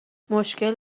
مشکل